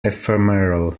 ephemeral